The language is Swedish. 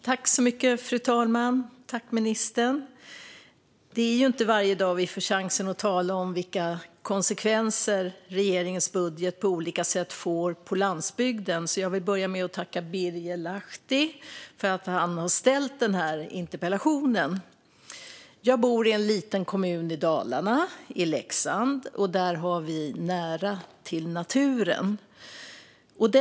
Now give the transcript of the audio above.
Fru talman! Det är inte varje dag vi får chansen att tala om vilka konsekvenser regeringens budget på olika sätt får på landsbygden, så jag vill börja med att tacka Birger Lahti för att han har ställt denna interpellation. Jag bor i Leksand, en liten kommun i Dalarna, och där har vi nära till naturen.